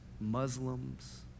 Muslims